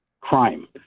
crime